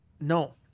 no